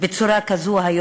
פה בצורה כזאת.